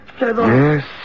Yes